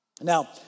Now